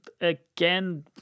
again